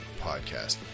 Podcast